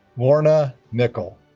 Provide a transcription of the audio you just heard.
lorna nicol